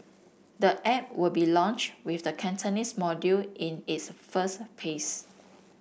the app will be launched with the Cantonese module in its first phase